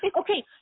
Okay